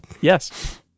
yes